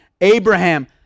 Abraham